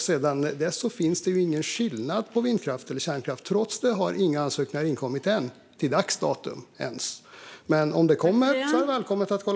Sedan dess görs ingen skillnad mellan vindkraft och kärnkraft. Trots detta har ännu inga ansökningar inkommit till dags dato. Men om de kommer är de välkomna.